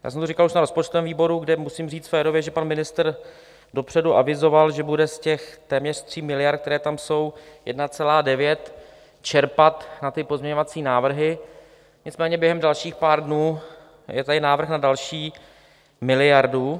Už jsem to říkal na rozpočtovém výboru, kdy musím říct férově, že pan ministr dopředu avizoval, že bude z těch téměř 3 miliard, které tam jsou, 1,9 čerpat na ty pozměňovací návrhy, nicméně během dalších pár dnů je tady návrh na další miliardu.